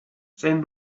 send